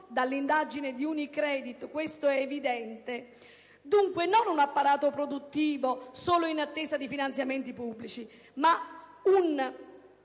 dall'indagine di UniCredit. Dunque, non un apparato produttivo solo in attesa di finanziamenti pubblici.